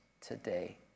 today